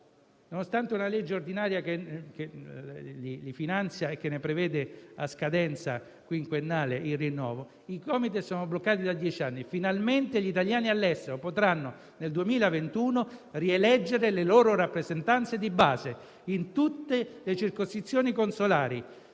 Nonostante una legge ordinaria che li finanzia e ne prevede a scadenza quinquennale il rinnovo, sono bloccati da dieci anni, ma finalmente nel 2021 gli italiani all'estero potranno rieleggere le loro rappresentanze di base in tutte le circoscrizioni consolari.